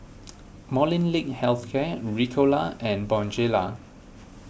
Molnylcke Health Care Ricola and Bonjela